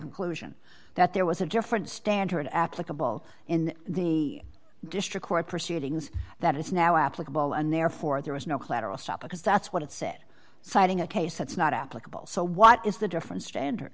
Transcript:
conclusion that there was a different standard applicable in the district court proceedings that it's now applicable and therefore there was no collateral stop because that's what it said citing a case that's not applicable so what is the different standard